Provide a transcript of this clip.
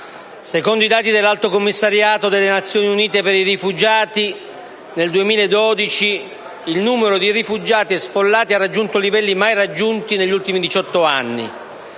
Secondo i dati dell'Alto Commissariato delle Nazioni Unite per i rifugiati, nel 2012 il numero di rifugiati e sfollati ha raggiunto livelli mai visti negli ultimi 18 anni.